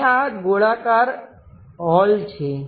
અને આ ગોળાકાર હોલ છે